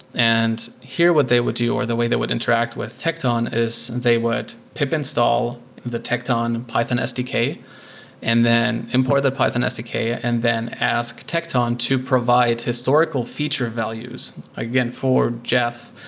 and here, what they would do or the way they would interact with tecton is they would pip install the tecton python sdk and then import their python sdk and then ask tecton to provide historical feature values. again, for jeff,